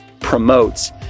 promotes